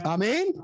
Amen